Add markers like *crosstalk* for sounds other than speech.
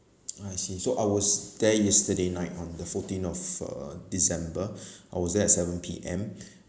I see so I was there yesterday night on the fourteen of uh december *breath* I was there at seven P_M